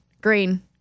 Green